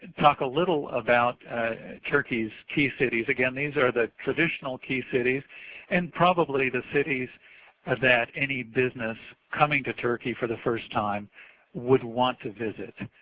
talk a little about turkeyis key cities again these are the traditional key cities and probably the cities that any business coming to turkey for the first time would want to visit.